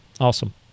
Awesome